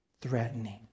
threatening